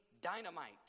dynamite